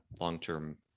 long-term